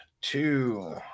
two